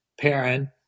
parent